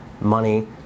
money